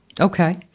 Okay